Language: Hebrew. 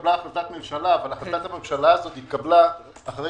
שהתקבלה החלטת ממשלה, אבל היא התקבלה אחרי